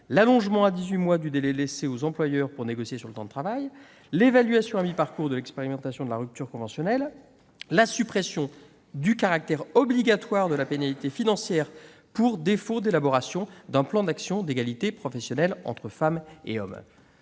l'allongement à dix-huit mois du délai laissé aux employeurs pour négocier la durée du temps de travail ; l'évaluation à mi-parcours de l'expérimentation de la rupture conventionnelle ; enfin, la suppression du caractère obligatoire de la pénalité financière pour défaut d'élaboration d'un plan d'action d'égalité professionnelle entre femmes et hommes-